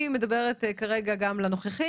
אני מדברת כרגע גם לנוכחים,